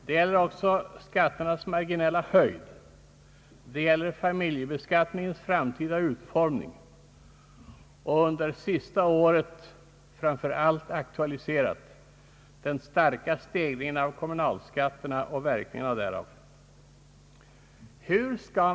Det gäller också skatternas marginella höjd, det gäller familjebeskattningens framtida utformning. Under det senaste året har framför allt aktualiserats den starka stegringen av kommunalskatterna och verkningarna därav.